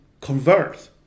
convert